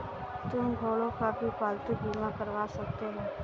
तुम घोड़ों का भी पालतू बीमा करवा सकते हो